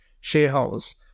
shareholders